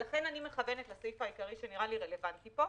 ולכן אני מכוונת לסעיף העיקרי שנראה לי רלוונטי פה,